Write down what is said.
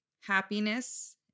Happiness